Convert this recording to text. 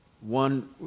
One